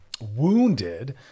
wounded